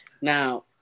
Now